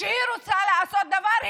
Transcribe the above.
כשהיא רוצה לעשות דבר,